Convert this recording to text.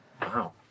Wow